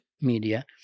media